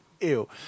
Ew